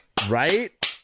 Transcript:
Right